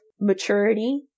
maturity